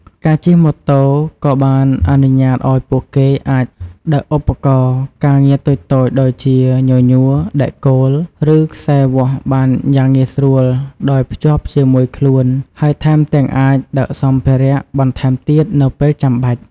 ការជិះម៉ូតូក៏បានអនុញ្ញាតឱ្យពួកគេអាចដឹកឧបករណ៍ការងារតូចៗដូចជាញញួរ ដែកគោល ឬខ្សែវាស់បានយ៉ាងងាយស្រួលដោយភ្ជាប់ជាមួយខ្លួន ហើយថែមទាំងអាចដឹកសម្ភារៈបន្ថែមទៀតនៅពេលចាំបាច់។